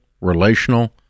relational